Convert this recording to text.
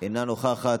אינה נוכחת,